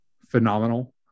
phenomenal